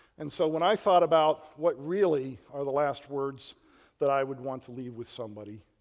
and so, when i thought about what really are the last words that i would want to leave with somebody,